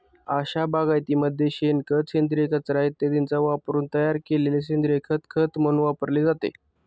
अशा बागायतीमध्ये शेणखत, सेंद्रिय कचरा इत्यादींचा वापरून तयार केलेले सेंद्रिय खत खत म्हणून वापरले जाते